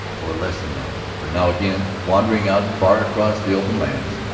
or less than an hour. for now again, wandering out far across the open lands,